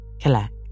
collect